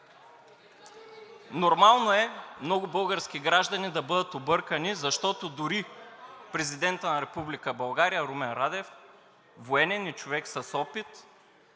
Нормално е много български граждани да бъдат объркани, защото дори Президентът на Република България Румен Радев – военен и човек с опит,